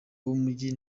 b’umujyi